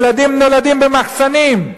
ילדים נולדים במחסנים,